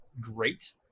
great